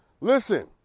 listen